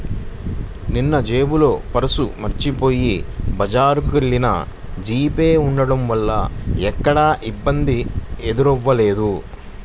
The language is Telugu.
నిన్నజేబులో పర్సు మరచిపొయ్యి బజారుకెల్లినా జీపే ఉంటం వల్ల ఎక్కడా ఇబ్బంది ఎదురవ్వలేదు